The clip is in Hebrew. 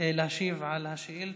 להשיב על שאילתה.